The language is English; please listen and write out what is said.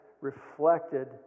reflected